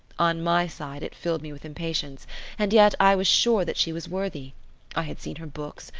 on my side, it filled me with impatience and yet i was sure that she was worthy i had seen her books,